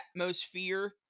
Atmosphere